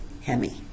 Hemi